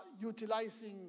utilizing